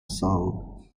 song